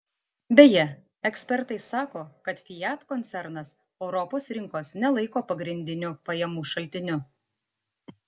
beje ekspertai sako kad fiat koncernas europos rinkos nelaiko pagrindiniu pajamų šaltiniu